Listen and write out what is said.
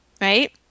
right